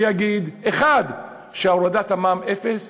שיגיד שהורדת המע"מ לאפס